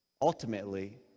Ultimately